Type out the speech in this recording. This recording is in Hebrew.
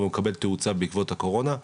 אבל הוא מקבל תאוצה בעקבות הקורונה.